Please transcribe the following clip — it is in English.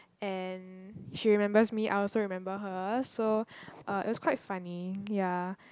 and she remembers me I also remember her so uh it was quite funny ya